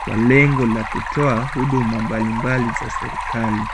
kwa lengo la kutoa huduma mbalimbali za serikali.